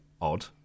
odd